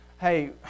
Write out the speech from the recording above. Hey